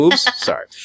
sorry